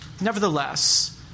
Nevertheless